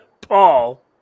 Paul